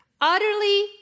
Utterly